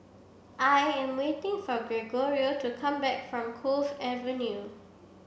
I am waiting for Gregorio to come back from Cove Avenue